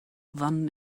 wann